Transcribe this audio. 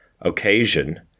occasion